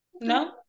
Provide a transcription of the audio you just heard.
No